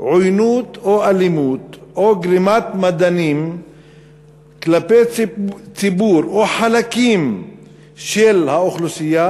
עוינות או אלימות או גרימת מדנים כלפי ציבור או חלקים של האוכלוסייה,